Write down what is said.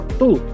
two